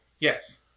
Yes